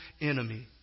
enemy